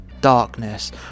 darkness